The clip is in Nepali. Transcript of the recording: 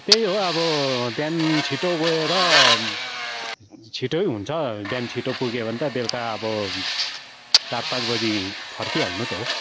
त्यही हो अब बिहान छिटो गएर छिटै हुन्छ बिहान छिटो पुग्यो भने त बेलुका अब चार पाँच बजी फर्किहाल्नु त हो